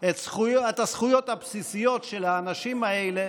את הזכויות הבסיסיות של האנשים האלה